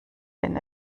wenn